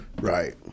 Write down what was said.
Right